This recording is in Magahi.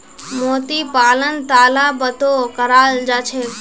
मोती पालन तालाबतो कराल जा छेक